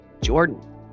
Jordan